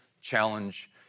challenge